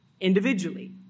individually